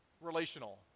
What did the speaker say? relational